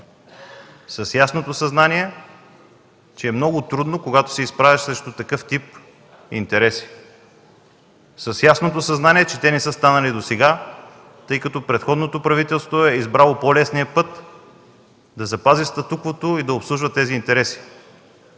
с ясното съзнание, че е много трудно когато се изправяш срещу такъв тип интереси, с ясното съзнание, че нещата не са станали досега, тъй като предходното правителство е избрало по-лесния път – да запази статуквото и да обслужва тези интереси.